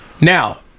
Now